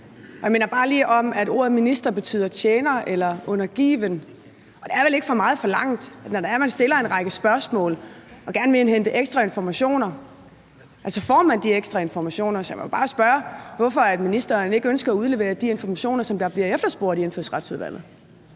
Jeg minder bare lige om, at ordet minister betyder tjener eller undergiven, og det er vel ikke for meget forlangt, at når man stiller en række spørgsmål og gerne vil indhente ekstra informationer, så får man de ekstra informationer. Så jeg må bare spørge, hvorfor ministeren ikke ønsker at udlevere de informationer, der bliver efterspurgt i Indfødsretsudvalget.